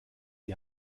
die